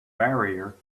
barrier